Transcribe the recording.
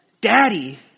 Daddy